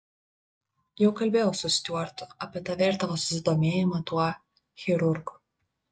jau kalbėjau su stiuartu apie tave ir tavo susidomėjimą tuo chirurgu